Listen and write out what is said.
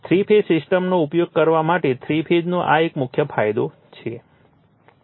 three phase સિસ્ટમનો ઉપયોગ કરવા માટે થ્રી ફેઝનો આ એક મુખ્ય ફાયદો છે